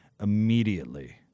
immediately